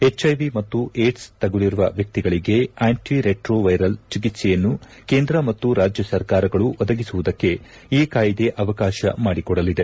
HIV ಮತ್ತು AIDS ತಗುಲಿರುವ ವ್ಹಿಕಿಗಳಿಗೆ ಆಂಟಿ ರೆಟ್ರೋವೈರಲ್ ಚಿಕ್ಲೆಯನ್ನು ಕೇಂದ್ರ ಮತ್ತು ರಾಜ್ಯ ಸರ್ಕಾರಗಳು ಒದಗಿಸುವುದಕ್ಕೆ ಈ ಕಾಯಿದೆ ಅವಕಾಶ ಮಾಡಿಕೊಡಲಿದೆ